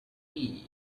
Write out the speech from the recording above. wii